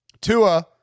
Tua